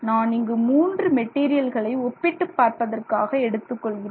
நான் இங்கு மூன்று மெட்டீரியல்களை ஒப்பிட்டுப் பார்ப்பதற்காக எடுத்துக் கொள்கிறேன்